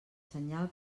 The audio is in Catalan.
senyal